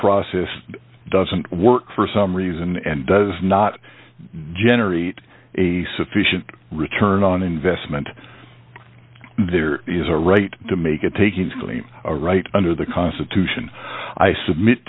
process doesn't work for some reason and does not generate a sufficient return on investment there is a right to make a takings claim a right under the constitution i submit